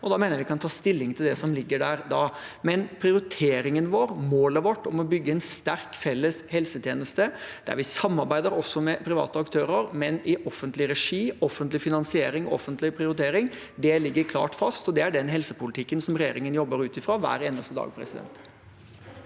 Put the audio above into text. og jeg mener at vi da kan ta stilling til det som ligger der. Prioriteringen vår, målet vårt om å bygge en sterk felles helsetjeneste, der vi samarbeider også med private aktører, men i offentlig regi, med offentlig finansiering og offentlig prioritering, ligger klart fast. Det er den helsepolitikken regjeringen jobber ut ifra hver eneste dag. Seher